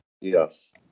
Yes